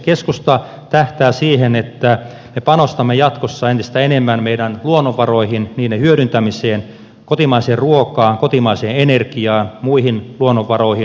keskusta tähtää siihen että me panostamme jatkossa entistä enemmän meidän luonnonvaroihin niiden hyödyntämiseen kotimaiseen ruokaan kotimaiseen energiaan muihin luonnonvaroihin